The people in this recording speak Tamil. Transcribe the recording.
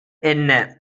என்ன